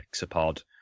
hexapod